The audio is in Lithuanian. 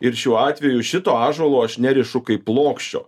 ir šiuo atveju šito ąžuolo aš nerišu kaip plokščio